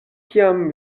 kiam